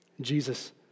Jesus